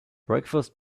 breakfast